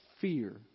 fear